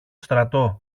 στρατό